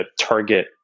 target